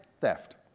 theft